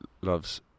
loves